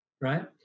right